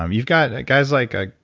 um you've got guys like ah